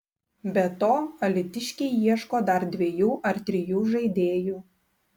be to alytiškiai ieško dar dviejų ar trijų žaidėjų